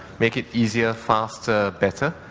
make it easier, faster, better.